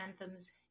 anthems